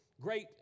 great